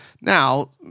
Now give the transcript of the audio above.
now